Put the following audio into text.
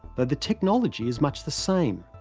though the technology is much the same.